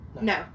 No